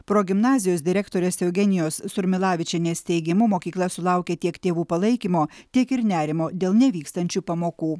progimnazijos direktorės eugenijos surmilavičienės teigimu mokykla sulaukė tiek tėvų palaikymo tiek ir nerimo dėl nevykstančių pamokų